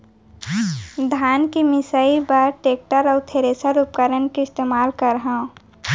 धान के मिसाई बर कोन उपकरण के इस्तेमाल करहव?